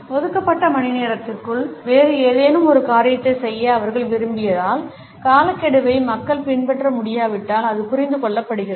ஒதுக்கப்பட்ட மணி நேரத்திற்குள் வேறு ஏதேனும் ஒரு காரியத்தைச் செய்ய அவர்கள் விரும்பியதால் காலக்கெடுவை மக்கள் பின்பற்ற முடியாவிட்டால் அது புரிந்து கொள்ளப்படுகிறது